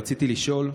רציתי לשאול,